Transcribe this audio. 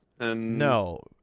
No